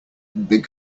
big